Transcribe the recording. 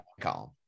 column